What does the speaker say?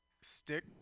stick